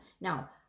Now